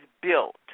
built